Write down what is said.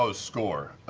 so score.